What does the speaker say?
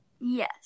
Yes